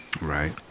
Right